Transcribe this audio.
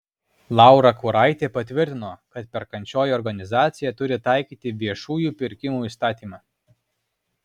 laura kuoraitė patvirtino kad perkančioji organizacija turi taikyti viešųjų pirkimų įstatymą